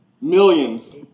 millions